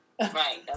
Right